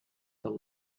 the